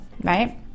right